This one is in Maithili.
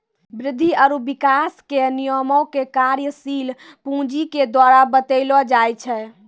वृद्धि आरु विकास के नियमो के कार्यशील पूंजी के द्वारा बतैलो जाय छै